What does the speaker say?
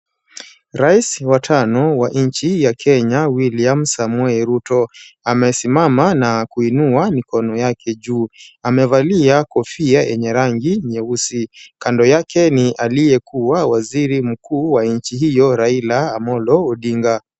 Rais wa tano wa nchi ya Kenya, William Samoei Ruto amesimama na kuinua mikono yake juu, amevalia kofia yenye rangi nyeusi, kando yake ni aliyekuwa waziri mkuu wa nchi hiyo, Raila Amollo Odinga.